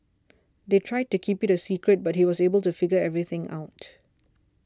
they tried to keep it a secret but he was able to figure everything out